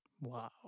Wow